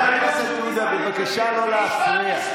חבר הכנסת עודה, בבקשה לא להפריע.